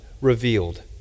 revealed